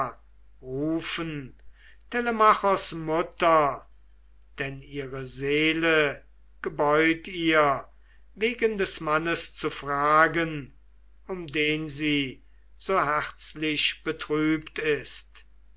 rufen telemachos mutter denn ihre seele gebeut ihr wegen des mannes zu fragen um den sie so herzlich betrübt ist